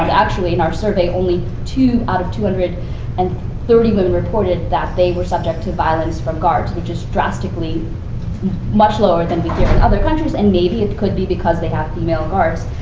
actually, in our survey, only two out of two hundred and thirty women reported that they were subject to violence from guards, which is drastically much lower than we hear in other countries. and maybe it could be because they have female guards,